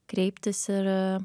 kreiptis ir